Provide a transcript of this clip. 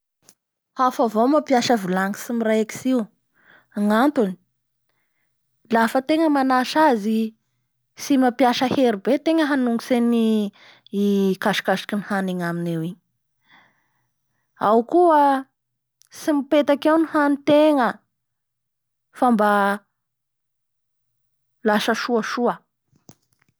Hafa avao mamapiasa vilany tsy miraikitsy io. Gnatony, lafa atenga manasa azy tsy mamapiasa hery be tegna hanongotsy any i kasokasoky ny hany agnaminy eo igny. Ao koa tsy mipetaky eo ny hanintegna fa mba lasa soasoa.